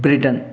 Britain